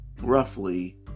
Roughly